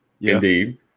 Indeed